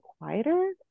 quieter